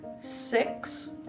six